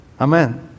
Amen